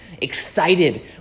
excited